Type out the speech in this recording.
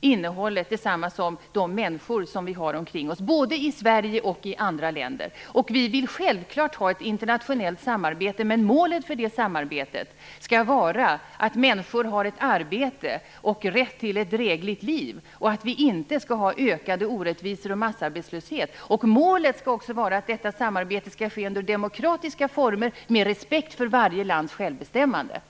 innehållet det samma som de människor vi har omkring oss - både i Sverige och i andra länder. Vänsterpartiet vill självfallet ha ett internationellt samarbete, men målet för detta skall vara att människor har arbete och rätt till ett drägligt liv - inte ökade orättvisor och massarbetslöshet. Målet skall också vara att samarbetet skall ske under demokratiska former med respekt för varje lands självbestämmande.